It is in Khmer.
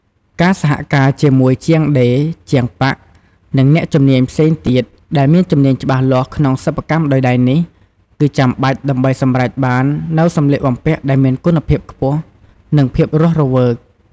ការសហការជាមួយជាងដេរ ជាងប៉ាក់ និងអ្នកជំនាញផ្សេងទៀត ដែលមានជំនាញច្បាស់លាស់ក្នុងសិប្បកម្មដោយដៃនេះ គឺចាំបាច់ដើម្បីសម្រេចបាននូវសម្លៀកបំពាក់ដែលមានគុណភាពខ្ពស់ និងភាពរស់រវើក ។